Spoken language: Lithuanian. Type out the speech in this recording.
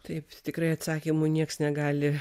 taip tikrai atsakymų nieks negali